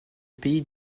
pays